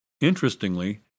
Interestingly